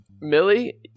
Millie